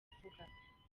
avuga